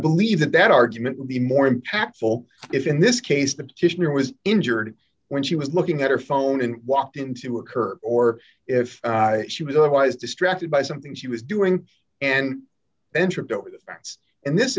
believe that that argument would be more impactful if in this case the petitioner was injured when she was looking at her phone and walked into a curb or if she was otherwise distracted by something she was doing and then tripped over the facts in this